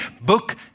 book